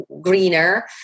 greener